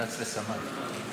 הומלץ לסמל.